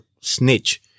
snitch